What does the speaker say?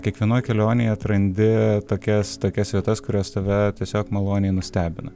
kiekvienoj kelionėj atrandi tokias tokias vietas kurios tave tiesiog maloniai nustebina